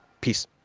peace